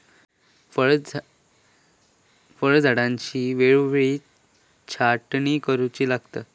फळझाडांची वेळोवेळी छाटणी करुची लागता